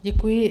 Děkuji.